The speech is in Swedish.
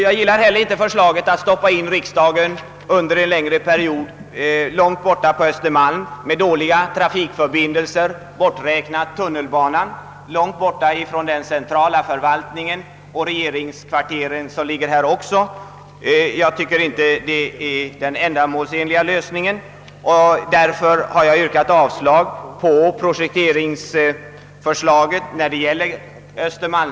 Jag gillar inte förslaget att under en längre tid hysa in riksdagen i en byggnad långt borta på Östermalm. Där är trafikförbindelserna dåliga — bortsett från tunnelbanan — och vi kommer långt bort från den centrala förvaltningen och regeringskvarteren. Det tycker jag inte är någon ändamålsenlig lösning, och därför har jag yrkat avslag på projekteringsförslaget i fråga om Ööstermalmsalternativet.